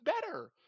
better